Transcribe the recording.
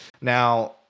Now